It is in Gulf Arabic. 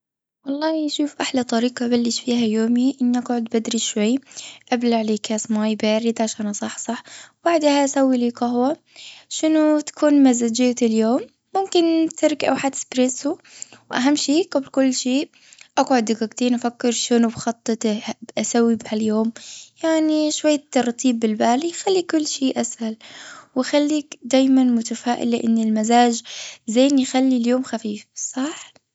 والله أشوف أحلى طريقة أبلش فيها يومي أني أقعد بدري شوي. أبلع لي كاس مي بارد عشان أصحح. بعدها أسوي لي قهوة.شنو تكون مزاجية اليوم. ممكن تركي أو حتى اسبرسوا. وأهم شي قبل كل شي. أقعد دقيقتين وأشوف شنو بخططه أسوي بهاليوم يعني شوية ترتيب بالبال يخلي كل شيء أسهل. وخليك دايما متفائلة أن المزاج زين يخلي اليوم خفيف. صح؟